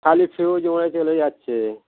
খালি ফিউজ উড়ে চলে যাচ্ছে